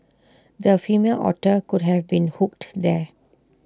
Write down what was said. the female otter could have been hooked there